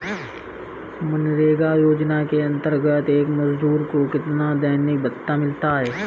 मनरेगा योजना के अंतर्गत एक मजदूर को कितना दैनिक भत्ता मिलता है?